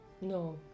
No